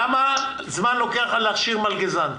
כמה זמן לוקח לך להכשיר מלגזן?